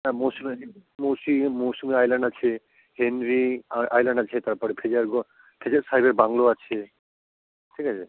হ্যাঁ মৌসুমী মৌসুমী মৌসুমী আইল্যান্ড আছে Henry island আছে তারপরে ফ্রেজারগ ফ্রেজার সাহেবের বাংলো আছে ঠিক আছে